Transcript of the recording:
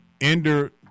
Ender